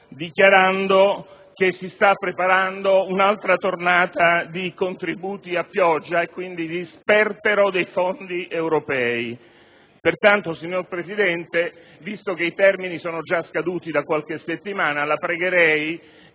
dichiarando che si sta preparando un'altra tornata di contributi a pioggia, quindi di sperpero dei fondi europei. Pertanto, signor Presidente, visto che i termini sono già scaduti da qualche settimana, la pregherei